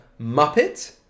Muppet